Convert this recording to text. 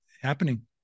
happening